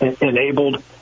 enabled